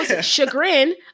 chagrin